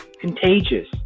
contagious